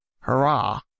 Hurrah